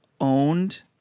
owned